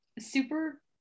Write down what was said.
super